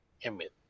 emit